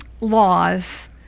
laws